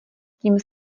tím